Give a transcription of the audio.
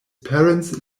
parents